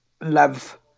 love